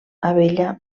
abella